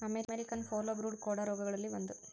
American foulbrood ಕೋಡ ರೋಗಗಳಲ್ಲಿ ಒಂದ